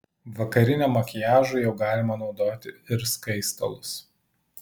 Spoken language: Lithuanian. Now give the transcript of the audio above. vakariniam makiažui jau galima naudoti ir skaistalus